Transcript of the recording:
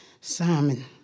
Simon